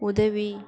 உதவி